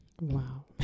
Wow